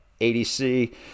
ADC